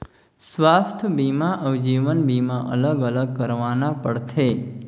स्वास्थ बीमा अउ जीवन बीमा अलग अलग करवाना पड़थे?